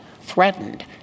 threatened